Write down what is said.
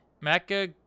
Mecca